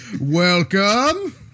welcome